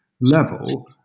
level